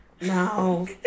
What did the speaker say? no